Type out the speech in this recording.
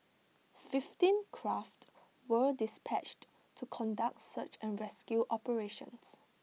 fifteen craft were dispatched to conduct search and rescue operations